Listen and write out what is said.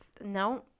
No